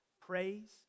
praise